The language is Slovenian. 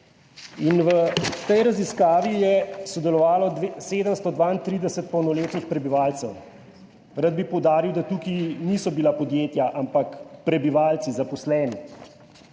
in v tej raziskavi je sodelovalo 732 polnoletnih prebivalcev. Rad bi poudaril, da tukaj niso bila podjetja, ampak prebivalci, zaposleni